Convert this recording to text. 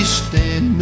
stand